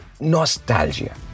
nostalgia